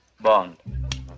Bond